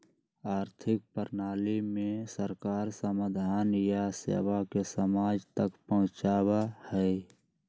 आर्थिक प्रणाली में सरकार संसाधन या सेवा के समाज तक पहुंचावा हई